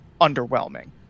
underwhelming